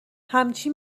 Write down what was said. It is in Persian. همچی